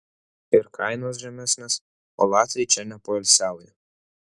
ir kainos žemesnės o latviai čia nepoilsiauja